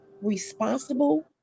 responsible